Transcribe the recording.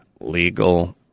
Legal